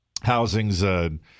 Housing's